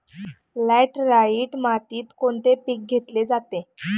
Laterite मातीत कोणते पीक घेतले जाते?